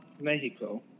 Mexico